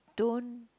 don't